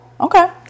Okay